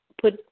put